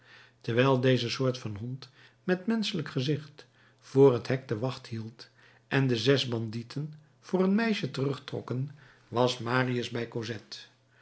terwijl deze soort van hond met menschelijk gezicht voor het hek de wacht hield en de zes bandieten voor een meisje terugtrokken was marius bij